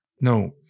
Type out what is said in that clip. no